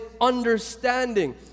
understanding